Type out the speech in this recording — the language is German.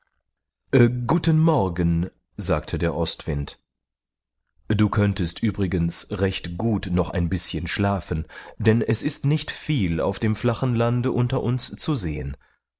guten morgen sagte der ostwind du könntest übrigens recht gut noch ein bißchen schlafen denn es ist nicht viel auf dem flachen lande unter uns zu sehen